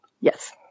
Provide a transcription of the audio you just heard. Yes